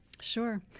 sure